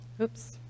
Oops